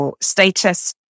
Status